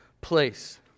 place